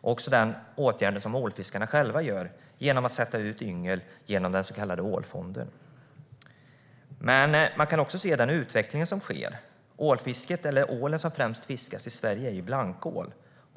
Ålfiskarna vidtar också själva åtgärder genom att sätta ut yngel via den så kallade Ålfonden. Man kan också se att det sker en utveckling. Den ål som främst fiskas i Sverige är blankål.